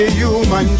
human